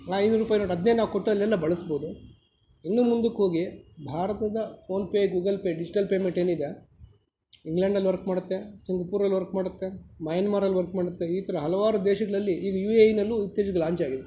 ಐನೂರು ರೂಪಾಯಿ ನೋಟೆ ಅದನ್ನೇ ನಾವು ಕೊಟ್ಟು ಅಲ್ಲೆಲ್ಲ ಬಳಸ್ಬೋದು ಇನ್ನೂ ಮುಂದಕ್ಕೆ ಹೋಗಿ ಭಾರತದ PhonePe Google Pay digital payment ಏನಿದೆ ಇಂಗ್ಲೆಂಡ್ನಲ್ಲಿ ವರ್ಕ್ ಮಾಡುತ್ತೆ ಸಿಂಗ್ಪುರಲ್ಲಿ ವರ್ಕ್ ಮಾಡುತ್ತೆ ಮಯನ್ಮಾರಲ್ಲಿ ವರ್ಕ್ ಮಾಡುತ್ತೆ ಈ ಥರ ಹಲವಾರು ದೇಶಗಳಲ್ಲಿ ಈಗ ಯು ಎ ಇ ನಲ್ಲೂ ಉತ್ತೇಜಿತ ಲಾಂಚ್ ಆಗಿದೆ